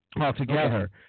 altogether